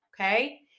Okay